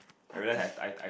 up to